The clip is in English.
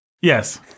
Yes